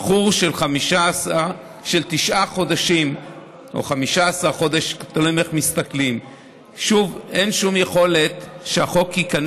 בחוק ששישה חודשים ניתנו למשרדי הממשלה כדי להכין